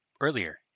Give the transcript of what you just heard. earlier